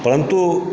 परन्तु